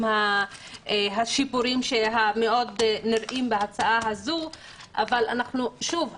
השיפורים המאוד נראים בהצעה הזאת - אבל שוב,